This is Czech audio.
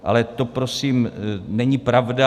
Ale to prosím není pravda.